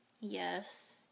Yes